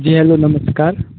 जी hello नमस्कार